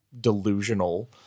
delusional